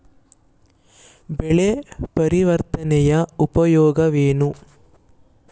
ಬೆಳೆ ಪರಿವರ್ತನೆಯ ಉಪಯೋಗವೇನು?